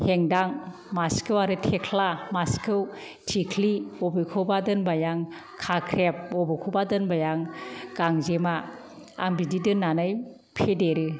हेंदां मासेखौ आरो थेख्ला मासेखौ थिख्लि बबेखौबा दोनबाय आं खाख्रेब बबेखौबा दोनबाय आं गांजेमा आं बिदि दोननानै फेदेरो